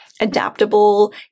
adaptable